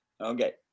Okay